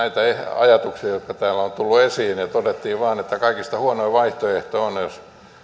ajatuksia jotka täällä ovat tulleet esiin todettiin vain että kaikista huonoin vaihtoehto on jos